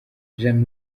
jane